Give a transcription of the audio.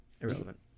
irrelevant